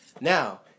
Now